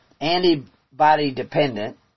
antibody-dependent